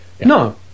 No